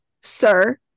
sir